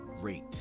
rate